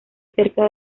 cerca